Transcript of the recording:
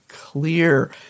clear